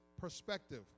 perspective